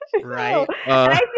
right